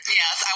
yes